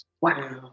Wow